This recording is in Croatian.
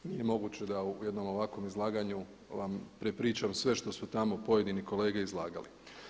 Nije moguće da u jednom ovakvom izlaganju vam prepričam sve što su tamo pojedini kolege izlagali.